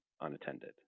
unattended